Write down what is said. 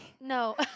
No